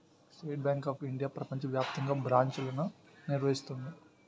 state Bank of India ప్రపంచ వ్యాప్తంగా బ్రాంచ్లను నిర్వహిస్తుంది